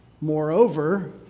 moreover